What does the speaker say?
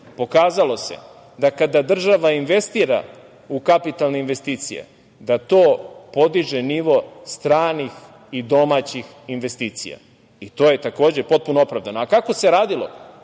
pokazalo se da kada država investira u kapitalne investicije da to podiže nivo stranih i domaćih investicija. To je takođe potpuno opravdano. Kako se radilo?